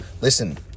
Listen